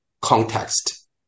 context